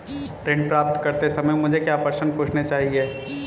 ऋण प्राप्त करते समय मुझे क्या प्रश्न पूछने चाहिए?